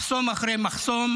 מחסום אחרי מחסום